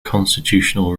constitutional